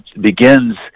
begins